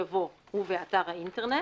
יבוא "ובאתר האינטרנט"